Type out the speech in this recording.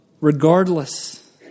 regardless